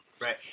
Right